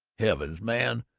heavens, man,